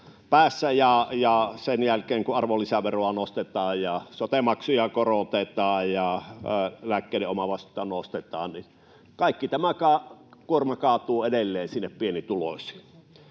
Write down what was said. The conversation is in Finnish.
ja sen jälkeen, kun arvonlisäveroa nostetaan ja sote-maksuja korotetaan ja lääkkeiden omavastuuta nostetaan, kaikki tämä kuorma kaatuu edelleen sinne pienituloisiin.